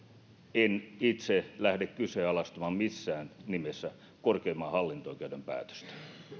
en itse lähde kyseenalaistamaan missään nimessä korkeimman hallinto oikeuden päätöstä